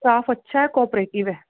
staff ਅੱਛਾ cooperative ਹੈ